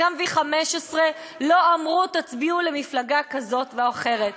גם V15 לא אמרו: תצביעו למפלגה כזאת או אחרת.